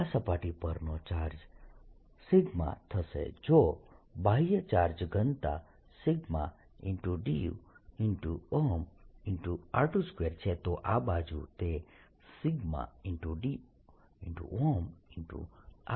આ સપાટી પરનો ચાર્જ થશે જો બાહ્ય ચાર્જ ઘનતા d r22 છે તો આ બાજુ તે σ d r12 હશે